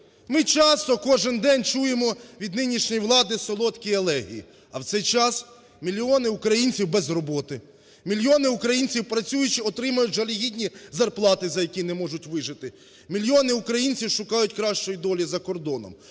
Ми часто, кожний день, чуємо від нинішньої влади солодкі елегії, а в цей час, мільйони українців без роботи, мільйони українців, працюючи, отримують жалюгідні зарплати, за які не можуть вижити, мільйони українців шукають кращої долі за кордоном.